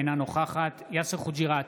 אינה נוכחת יאסר חוג'יראת,